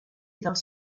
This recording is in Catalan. dels